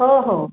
हो हो